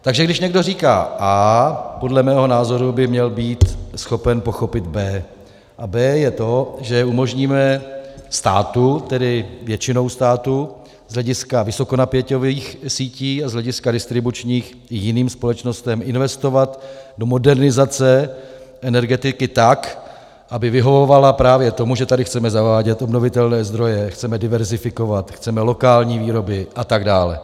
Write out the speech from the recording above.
Takže když někdo říká A, podle mého názoru by měl být schopen pochopit B. A B je to, že umožníme státu, tedy většinou státu z hlediska vysokonapěťových sítí a z hlediska distribučních i jiným společnostem investovat do modernizace energetiky tak, aby vyhovovala právě tomu, že tady chceme zavádět obnovitelné zdroje, chceme diverzifikovat, chceme lokální výroby atd.